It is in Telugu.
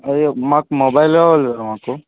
అయ్యో మాకు మొబైల్ కావాలి సార్ మాకు